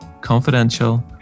confidential